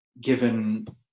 given